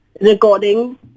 recording